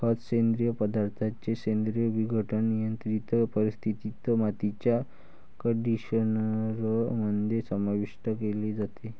खत, सेंद्रिय पदार्थांचे सेंद्रिय विघटन, नियंत्रित परिस्थितीत, मातीच्या कंडिशनर मध्ये समाविष्ट केले जाते